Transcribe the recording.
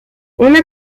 una